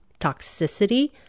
toxicity